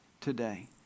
today